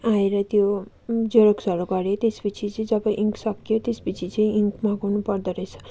आएर त्यो जेरोक्सहरू गरे त्यस पछि चाहिँ जब इन्क सक्यो त्यस पछि चाहिँ इन्क लगाउनु पर्दाोरहेछ